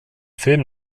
film